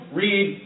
read